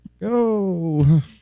Go